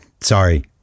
sorry